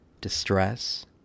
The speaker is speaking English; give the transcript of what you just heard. distress